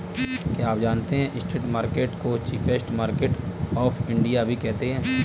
क्या आप जानते है स्ट्रीट मार्केट्स को चीपेस्ट मार्केट्स ऑफ इंडिया भी कहते है?